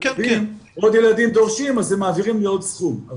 אם עוד ילדים דורשים אז הם מעבירים לי עוד סכום.